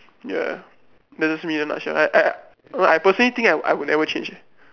ya that was me not sure I I I personally think that I would never change